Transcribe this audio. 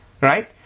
Right